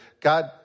God